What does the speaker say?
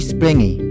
Springy